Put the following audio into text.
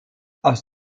aus